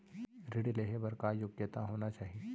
ऋण लेहे बर का योग्यता होना चाही?